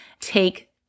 take